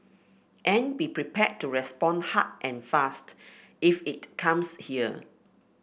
and be prepared to respond hard and fast if it comes here